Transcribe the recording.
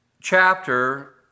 chapter